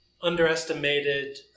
underestimated